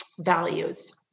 values